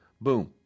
boom